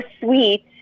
sweet